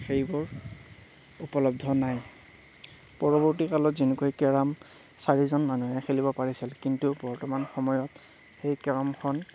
সেইবোৰ উপলব্ধ নাই পৰৱৰ্তীকালত যেনেকৈ কেৰম চাৰিজন মানুহে খেলিব পাৰিছিল কিন্তু বৰ্তমান সময়ত সেই কেৰমখন